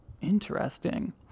interesting